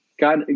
God